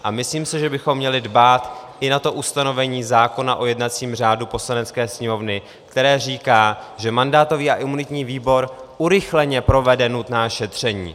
A myslím si, že bychom měli dbát i na to ustanovení zákona o jednacím řádu Poslanecké sněmovny, které říká, že mandátový a imunitní výbor urychleně provede nutná šetření.